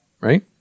right